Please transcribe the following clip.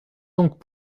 donc